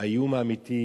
האיום האמיתי,